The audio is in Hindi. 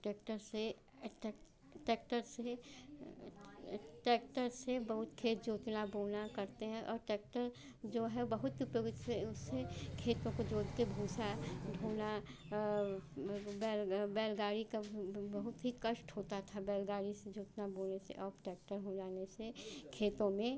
टेक्टर से टैक्टर से ट्रैक्टर से बहुत खेत जोतना बोना करते हैं और टैक्टर जो है बहुत उपयोगी उससे उससे खेतों को जोत कर भूंसा ढोना बैल बैलगाड़ी का बहुत ही कष्ट होता था बैलगाड़ी से जोतना बोने से अब ट्रैक्टर हो जाने से खेतों में